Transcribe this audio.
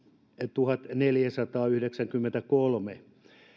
tuhatneljäsataayhdeksänkymmentäkolme